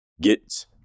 get